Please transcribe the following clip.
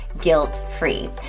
guilt-free